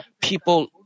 people